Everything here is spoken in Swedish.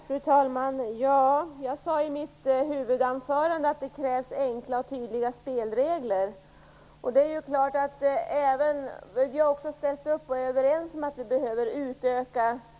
Fru talman! Jag sade i mitt huvudanförande att det krävs enkla och tydliga spelregler. Vi är överens om att regleringsområdena behöver utökas.